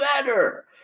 better